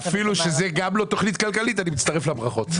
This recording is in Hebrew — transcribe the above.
ואפילו שזאת לא תכנית כלכלית, אני מצטרף לברכות.